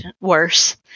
worse